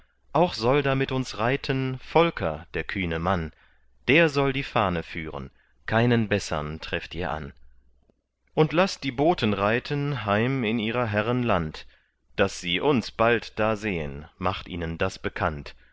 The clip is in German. auch soll da mit uns reiten volker der kühne mann der soll die fahne führen keinen bessern trefft ihr an und laßt die boten reiten heim in ihrer herren land daß sie uns bald da sehen macht ihnen das bekannt